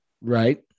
Right